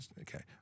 Okay